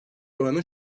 oranı